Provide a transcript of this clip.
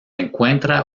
encuentra